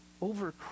over